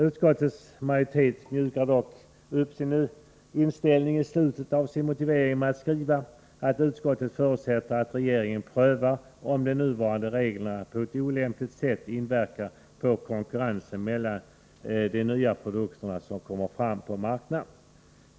Utskottets majoritet mjukar dock upp sin inställning i slutet av motiveringen med att skriva att utskottet förutsätter att regeringen prövar om de nuvarande reglerna på ett olämpligt sätt inverkar på konkurrensen mellan de nya produkter som kommer fram på marknaden.